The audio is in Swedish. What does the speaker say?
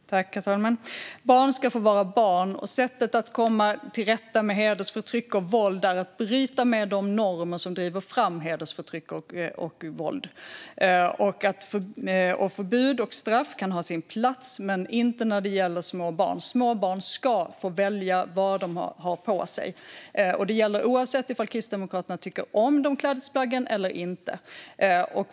Herr talman! Barn ska få vara barn, och sättet att komma till rätta med hedersförtryck och våld är att bryta med de normer som driver fram hedersförtryck och våld. Förbud och straff kan ha sin plats, men inte när det gäller små barn. Små barn ska få välja vad de har på sig. Det gäller oavsett om Kristdemokraterna tycker om de klädesplaggen eller inte.